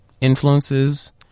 influences